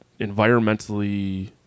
environmentally